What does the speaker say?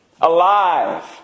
Alive